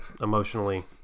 emotionally